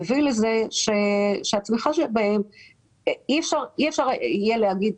מביא לזה שאי אפשר יהיה להגיד,